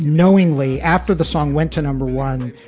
knowingly after the song went to number one,